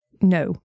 No